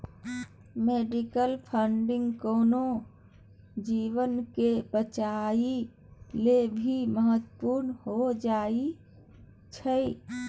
medical funding कोनो जीवन के बचाबइयो लेल भी महत्वपूर्ण हो जाइ छइ